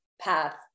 path